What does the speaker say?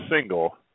single